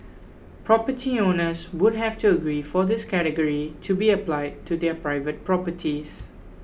property owners would have to agree for this category to be applied to their private properties